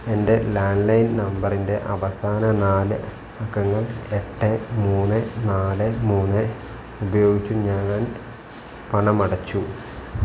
എൻ്റെ ലാൻലൈൻ നമ്പറിൻ്റെ അവസാന നാല് അക്കങ്ങൾ എട്ട് മൂന്ന് നാല് മൂന്ന് ഉപയോഗിച്ചും ഞാൻ പണമടച്ചു